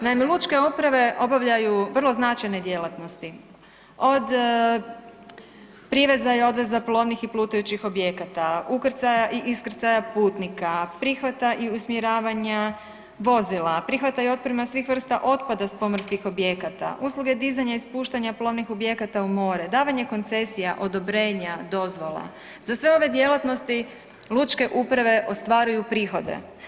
Naime, lučke uprave obavljaju vrlo značajne djelatnosti od priveza i odveza plovnih i plutajućih objekata, ukrcaja i iskrcaja putnika, prihvata i usmjeravanja vozila, prihvata i otprema svih vrsta otpada s pomorskih objekata, usluge dizanja i spuštanja plovnih objekata u more, davanje koncesija odobrenja, dozvola, za sve ove djelatnosti lučke uprave ostvaruju prihode.